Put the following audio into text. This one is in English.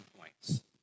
points